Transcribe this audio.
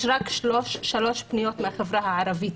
יש רק 3 פניות מהחברה הערבית.